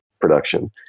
production